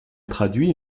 traduit